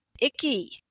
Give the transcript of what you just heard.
icky